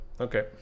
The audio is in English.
Okay